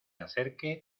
acerque